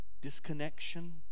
Disconnection